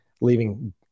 leaving